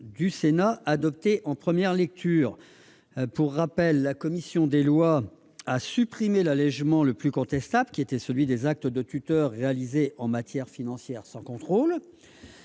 le Sénat en première lecture. Pour rappel, la commission des lois a supprimé l'allégement le plus contestable, qui concernait les actes du tuteur réalisés en matière financière sans contrôle.